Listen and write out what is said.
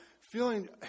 feeling